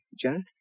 Janet